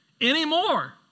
anymore